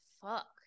fuck